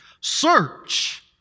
search